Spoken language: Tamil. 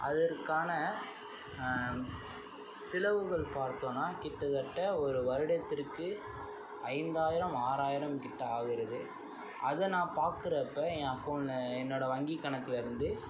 அதற்கான செலவுகள் பார்த்தோம்னால் கிட்டத்தட்ட ஒரு வருடத்திற்கு ஐந்தாயிரம் ஆறாயிரம் கிட்ட ஆகிறது அதை நான் பார்க்குறப்ப என் அக்கௌண்ட்டில் என்னோடய வங்கி கணக்குலேருந்து